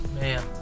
Man